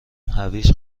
هویج